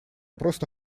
просто